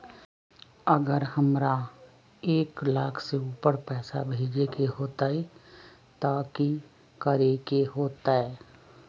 अगर हमरा एक लाख से ऊपर पैसा भेजे के होतई त की करेके होतय?